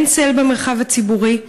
אין צל במרחב הציבורי.